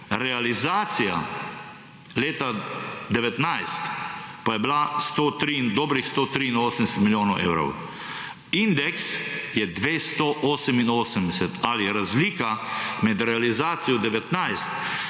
Realizacija leta 2019 pa je bila dobrih 183 milijonov evrov. Indeks je 288 ali razlika med realizacijo 2019